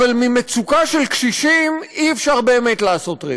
אבל ממצוקה של קשישים אי-אפשר באמת לעשות רווח.